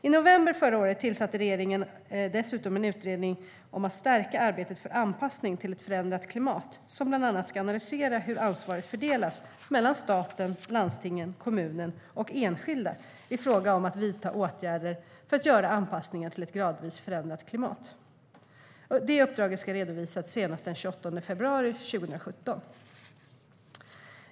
I november förra året tillsatte regeringen en utredning om att stärka arbetet för anpassning till ett förändrat klimat, som bland annat ska analysera hur ansvaret fördelas mellan staten, landstingen, kommunerna och enskilda i fråga om att vidta åtgärder för att göra anpassningar till ett gradvis förändrat klimat. Det uppdraget ska redovisas senast den 28 februari 2017.